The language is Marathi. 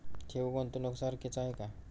ठेव, गुंतवणूक सारखीच आहे का?